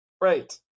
Right